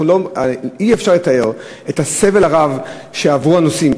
אי-אפשר לתאר את הסבל הרב שעברו הנוסעים,